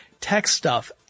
techstuff